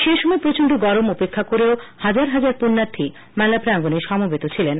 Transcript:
সেই সময় প্রচন্ড গরম উপেক্ষা করে হাজার হাজার পুন্যার্থী মেলা প্রাঙ্গনে সমবেত ছিলেন